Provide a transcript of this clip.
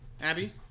Abby